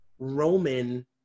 Roman